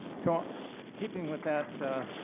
so keeping with that